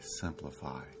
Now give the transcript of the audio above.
simplify